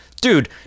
Dude